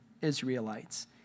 Israelites